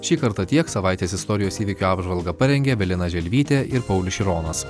šį kartą tiek savaitės istorijos įvykių apžvalgą parengė evelina želvytė ir paulius šironas